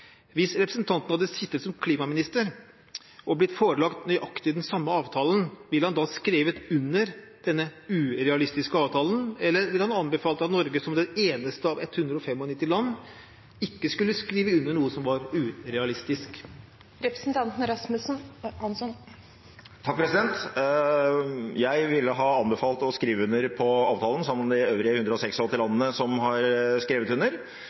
Hvis representanten hadde sittet som klimaminister og blitt forelagt nøyaktig den samme avtalen, ville han da ha skrevet under denne «urealistiske» avtalen, eller ville han anbefalt at Norge som det eneste av 195 land ikke skulle skrive under noe som var «urealistisk»? Jeg ville ha anbefalt å skrive under på avtalen sammen med de øvrige 186 landene som har skrevet under.